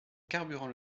carburant